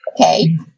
Okay